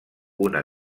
una